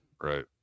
Right